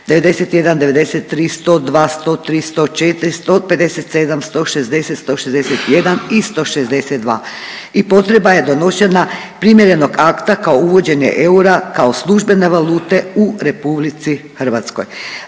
91, 93, 102, 103, 104, 157, 160, 161 i 162 i potreba je donošena primjerenog akta kao uvođenje eura kao službene valute u RH.